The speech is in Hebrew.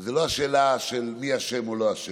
זאת לא השאלה, מי אשם או לא אשם.